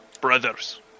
Brothers